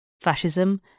fascism